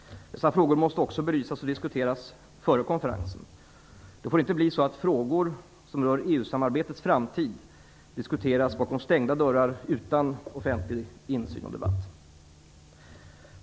Dessa frågor måste också belysas och diskuteras före konferensen. Det får inte bli så att frågor som rör EU-samarbetets framtid diskuteras bakom stängda dörrar utan offentlig insyn och debatt.